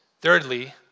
Thirdly